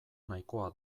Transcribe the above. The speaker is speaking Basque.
nahikoa